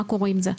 מה קורה עם זה?